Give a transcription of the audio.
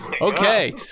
Okay